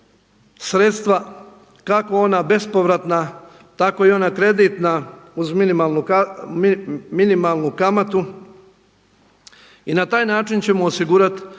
sredstva kako ona bespovratna, tako i ona kreditna uz minimalnu kamatu. I na taj način ćemo osigurati